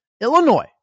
Illinois